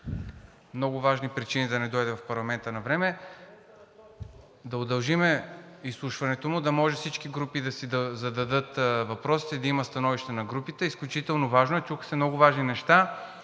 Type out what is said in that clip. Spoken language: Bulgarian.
много важни причини да не дойде в парламента навреме, да удължим изслушването му, за да може всички групи да си зададат въпросите и да има становище на групите. Изключително важно е! Чуха се много важни неща,